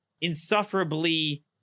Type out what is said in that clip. insufferably